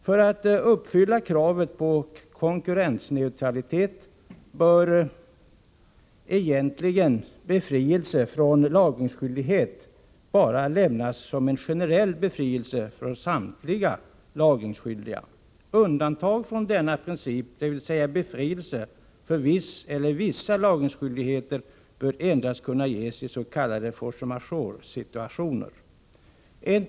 För att kravet på konkurrensneutralitet skall uppfyllas bör befrielse från lagringsskyldighet egentligen bara lämnas som en generell befrielse för samtliga lagringsskyldiga. Undantag från denna princip, dvs. befrielse från viss eller vissa lagringsskyldigheter, bör endast kunna medges i s.k. force majeure-situationer.